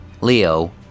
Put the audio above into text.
Leo